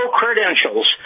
credentials